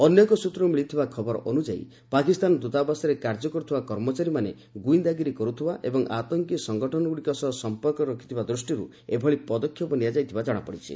ଅନ୍ୟ ଏକ ସୂତ୍ରରୁ ମିଳିଥିବା ଖବର ଅନୁଯାୟୀ ପାକିସ୍ତାନ ଦୂତାବାସରେ କାର୍ଯ୍ୟ କରୁଥିବା କର୍ମଚାରୀମାନେ ଗୁଇନ୍ଦାଗିରି କରୁଥିବା ଏବଂ ଆତଙ୍କୀ ସଂଗଠନଗୁଡ଼ିକ ସହ ସଂପର୍କ ରଖିଥିବା ଦୃଷ୍ଟିରୁ ଏଭଳି ପଦକ୍ଷେପ ନିଆଯାଇଥିବା କଣାପଡ଼ିଛି